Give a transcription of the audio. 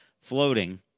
floating